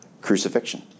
crucifixion